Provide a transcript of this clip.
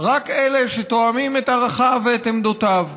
רק אלה שתואמים את ערכיו ואת עמדותיו: